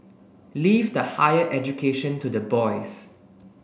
leave the higher education to the boys